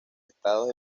estados